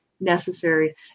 necessary